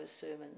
sermons